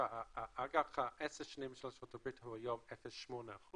שאג"ח עשר שנים של ארה"ב הוא היום 0.8%